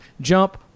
Jump